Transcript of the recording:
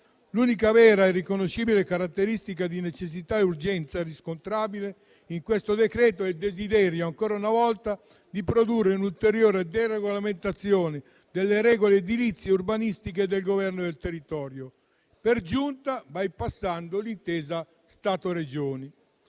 L'unica vera e riconoscibile caratteristica di necessità e urgenza riscontrabile in questo decreto-legge è il desiderio, ancora una volta, di produrre un'ulteriore deregolamentazione delle regole edilizie e urbanistiche di governo del territorio, per giunta bypassando l'intesa Stato-Regioni.